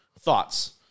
thoughts